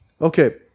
okay